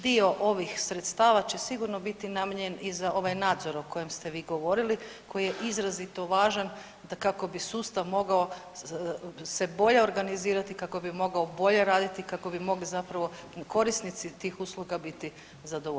Dio ovih sredstava će sigurno biti namijenjen i za ovaj nadzor o kojem ste vi govorili koji je izrazito važan kako bi sustav mogao se bolje organizirati kako bi mogao bolje raditi kako bi mogli zapravo korisnici tih usluga biti zadovoljeni.